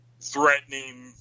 threatening